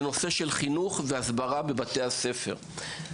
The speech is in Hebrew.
זה נושא של חינוך והסברה בבתי הספר.